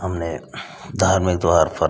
हमने धार्मिक द्वार पर